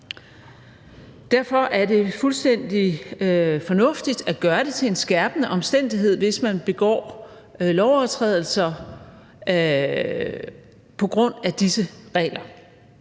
Derfor er det fuldstændig fornuftigt at gøre det til en skærpende omstændighed, hvis man begår lovovertrædelser på grund af disse regler,